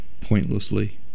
pointlessly